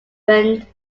development